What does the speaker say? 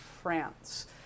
France